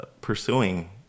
pursuing